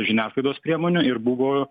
žiniasklaidos priemonių ir buvo